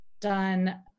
done